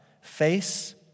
face